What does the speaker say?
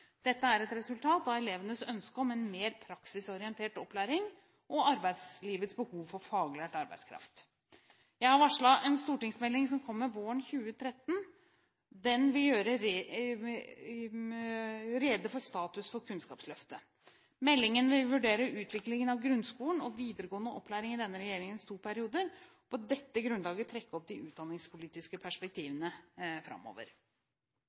Dette er et resultat av elevenes ønske om en mer praksisorientert opplæring og arbeidslivets behov for faglært arbeidskraft. Jeg har varslet en stortingsmelding som kommer våren 2013. Den vil gjøre rede for status for Kunnskapsløftet. Meldingen vil vurdere utviklingen av grunnskolen og videregående opplæring i denne regjeringens to perioder, og på dette grunnlaget trekke opp de utdanningspolitiske perspektivene framover.